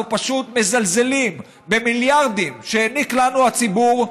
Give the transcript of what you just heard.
אנחנו פשוט מזלזלים במיליארדים שהעניק לנו הציבור,